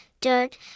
dirt